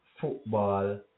football